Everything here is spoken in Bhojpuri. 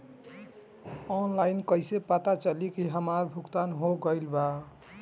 ऑनलाइन कईसे पता चली की हमार भुगतान हो गईल बा?